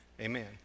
Amen